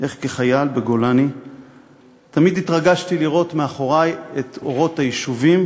איך כחייל בגולני תמיד התרגשתי לראות מאחורי את אורות היישובים,